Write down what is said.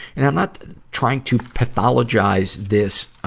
and um not trying to pathologize this,